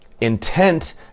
intent